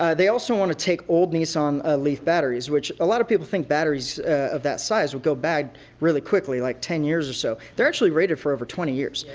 ah they also want to take old nissan ah leaf batteries, which a lot of people think batteries of that size will go bad really quickly like ten years or so. they're actually rated for over twenty years.